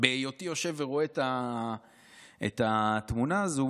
בהיותי יושב ורואה את התמונה הזאת,